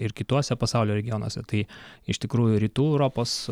ir kituose pasaulio regionuose tai iš tikrųjų rytų europos